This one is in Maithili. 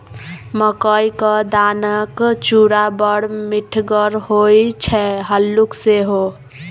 मकई क दानाक चूड़ा बड़ मिठगर होए छै हल्लुक सेहो